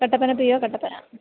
Kattappana P O Kattappana